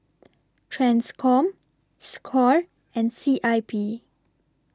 TRANSCOM SCORE and C I P